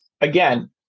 Again